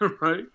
right